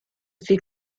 fait